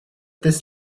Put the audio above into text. this